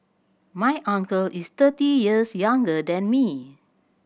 my uncle is thirty years younger than me